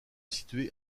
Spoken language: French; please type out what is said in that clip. situer